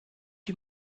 die